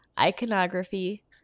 Iconography